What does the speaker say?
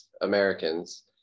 Americans